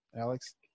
alex